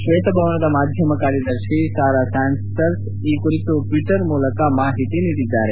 ಶ್ವೇತಭವನದ ಮಾಧ್ಯಮ ಕಾರ್ಯದರ್ಶಿ Sarah Sanders ಈ ಕುರಿತು ಟ್ವೀಟರ್ ಮೂಲಕ ಮಾಹಿತಿ ನೀಡಿದ್ದಾರೆ